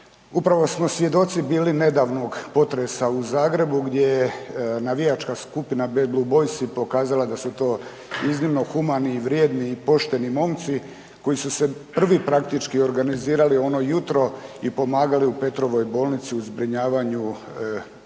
Upravo smo svjedoci bili nedavnog potresa u Zagrebu gdje je navijačka skupina Bad Blue Boysi pokazala da su to iznimno humani i vrijedni i pošteni momci koji su se prvi praktički organizirali ono jutro i pomagali u Petrovoj bolnici u zbrinjavanju malih